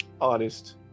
honest